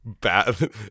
bad